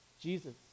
Jesus